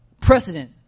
precedent